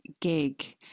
gig